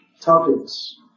topics